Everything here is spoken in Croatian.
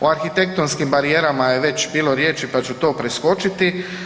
O arhitektonskim barijerama je već bilo riječi pa ću to preskočiti.